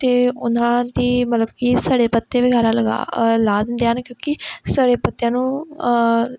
ਅਤੇ ਉਹਨਾਂ ਦੀ ਮਤਲਬ ਕਿ ਸੜੇ ਪੱਤੇ ਵਗੈਰਾ ਲਗਾ ਲਾਹ ਦਿੰਦੇ ਹਨ ਕਿਉਂਕਿ ਸੜੇ ਪੱਤਿਆਂ ਨੂੰ